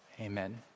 amen